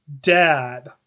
dad